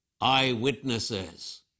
eyewitnesses